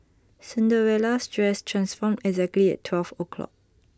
Cinderella's dress transformed exactly at twelve o'clock